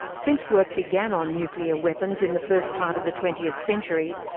since work began on nuclear weapons in the first part of the twentieth century,